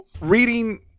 Reading